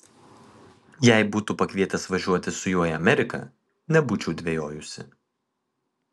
jei būtų pakvietęs važiuoti su juo į ameriką nebūčiau dvejojusi